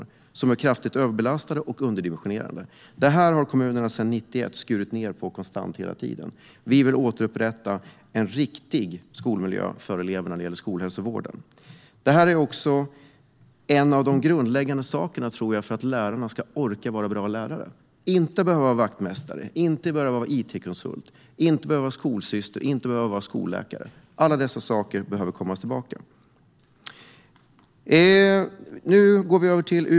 Kuratorerna är kraftigt överbelastade och antalet är underdimensionerat. Detta har kommunerna konstant skurit ned på sedan 1991. Vi vill återupprätta en riktig skolmiljö för eleverna när det gäller skolhälsovården. Detta är också grundläggande för att lärarna ska orka vara bra lärare. De ska inte behöva vara vaktmästare, inte it-konsult, inte skolsyster, inte behöva vara skolläkare. Alla dessa saker behöver återinföras.